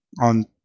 on